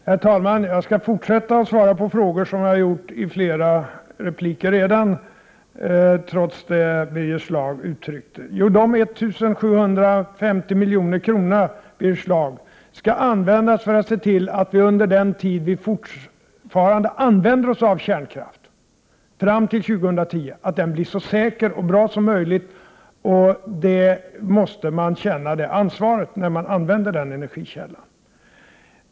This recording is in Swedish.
Herr talman! Jag skall fortsätta att liksom i tidigare inlägg svara på frågor, trots det som Birger Schlaug sade. Till Birger Schlaug vill jag säga att de 1750 miljonerna skall användas till att göra kärnkraften så säker och bra som möjligt under den tid som den fortfarande används, dvs. fram till år 2010. Detta ansvar måste man känna när man använder denna energikälla.